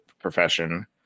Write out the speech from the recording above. profession